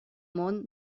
món